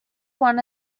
one